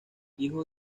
hijo